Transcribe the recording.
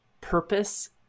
purpose